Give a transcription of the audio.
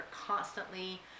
constantly